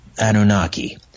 Anunnaki